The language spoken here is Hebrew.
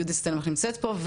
יהודית סטלמך שנמצאת פה,